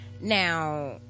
Now